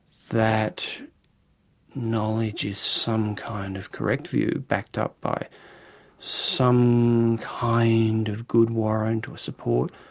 that knowledge is some kind of correct view backed up by some kind of good warrant or support,